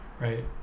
Right